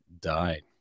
died